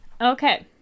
Okay